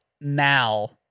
Mal